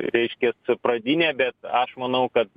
reiškias pradinė bet aš manau kad